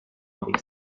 avec